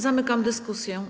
Zamykam dyskusję.